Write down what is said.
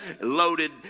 loaded